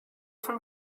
von